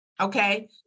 Okay